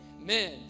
Amen